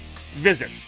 visit